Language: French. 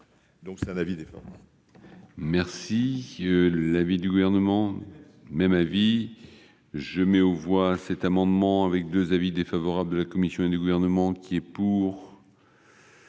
donc émis un avis défavorable